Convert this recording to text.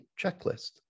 checklist